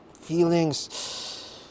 feelings